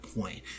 point